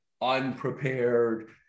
unprepared